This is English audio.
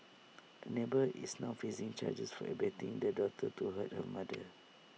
A neighbour is now facing charges for abetting daughter to do hurt her mother